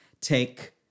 take